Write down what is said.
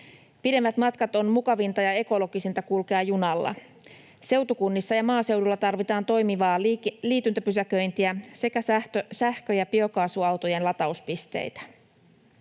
Pidemmät matkat on mukavinta ja ekologisinta kulkea junalla. Seutukunnissa ja maaseudulla tarvitaan toimivaa liityntäpysäköintiä sekä sähkö- ja biokaasuautojen latauspisteitä.